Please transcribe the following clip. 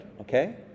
Okay